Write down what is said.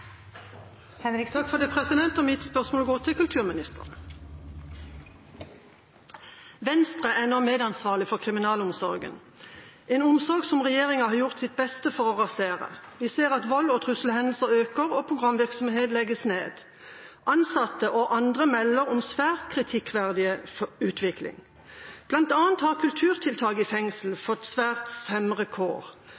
nå medansvarlig for kriminalomsorgen, en omsorg som regjeringa har gjort sitt beste for å rasere. Vi ser at vold- og trusselhendelser øker og programvirksomhet legges ned. Ansatte og andre melder om en svært kritikkverdig utvikling. Blant annet har kulturtiltak i fengsel